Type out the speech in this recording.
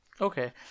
Okay